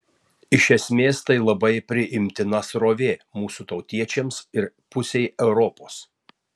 iš esmės tai labai priimtina srovė mūsų tautiečiams ir pusei europos